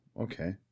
okay